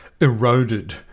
eroded